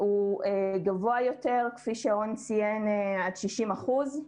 הוא גבוה יותר והוא עד 60 אחוזים.